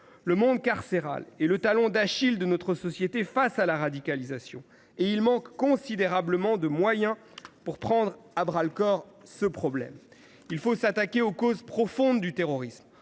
Le monde carcéral est le talon d’Achille de notre société face à la radicalisation ; il manque cruellement de moyens pour prendre à bras le corps ce problème. Il faut s’attaquer aux causes profondes du terrorisme,